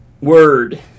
word